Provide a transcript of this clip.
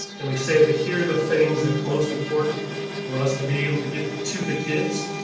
and we say it here. the things that's most important for us to be able to get to the kids.